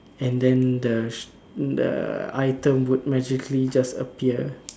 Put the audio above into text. and then the s~ the item would magically just appear